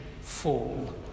fall